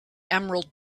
emerald